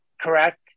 correct